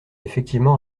effectivement